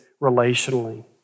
relationally